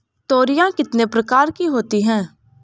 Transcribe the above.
तोरियां कितने प्रकार की होती हैं?